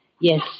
Yes